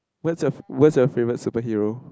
what's what is your favourite superhero